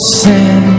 sin